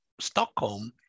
Stockholm